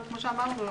כפי שאמרנו,